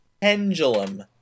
pendulum